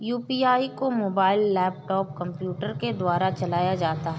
UPI को mobile laptop computer के द्वारा चलाया जाता है